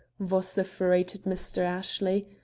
vociferated mr. ashley.